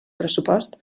pressupost